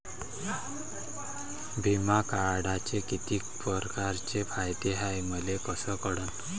बिमा काढाचे कितीक परकारचे फायदे हाय मले कस कळन?